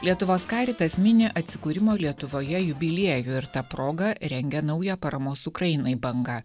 lietuvos karitas mini atsikūrimo lietuvoje jubiliejų ir ta proga rengia naują paramos ukrainai bangą